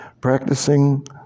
Practicing